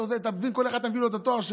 אגב, אם אתה מצליח לעשות את זה,